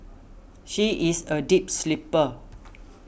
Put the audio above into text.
she is a deep sleeper